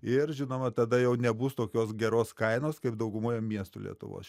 ir žinoma tada jau nebus tokios geros kainos kaip daugumoje miestų lietuvos